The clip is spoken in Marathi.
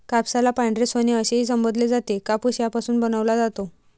कापसाला पांढरे सोने असेही संबोधले जाते, कापूस यापासून बनवला जातो